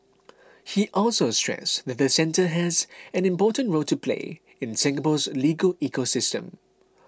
he also stressed that the centre has an important role to play in Singapore's legal ecosystem